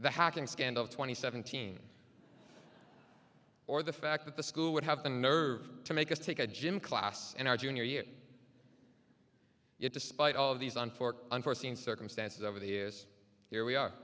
the hacking scandal twenty seventeen or the fact that the school would have the nerve to make us take a gym class and our junior year it despite all of these on for unforeseen circumstances over the years here we are